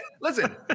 Listen